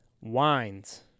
Wines